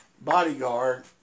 bodyguard